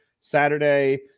Saturday